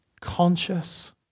conscious